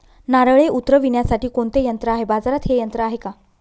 नारळे उतरविण्यासाठी कोणते यंत्र आहे? बाजारात हे यंत्र आहे का?